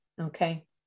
Okay